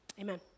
Amen